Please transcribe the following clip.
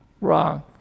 Wrong